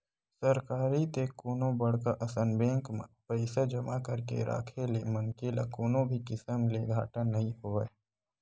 सरकारी ते कोनो बड़का असन बेंक म पइसा जमा करके राखे ले मनखे ल कोनो भी किसम ले घाटा नइ होवय